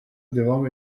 devam